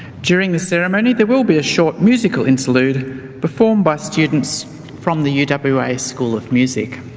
during the ceremony there will be a short musical interlude performed by students from the uwa school of music.